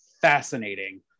fascinating